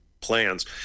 plans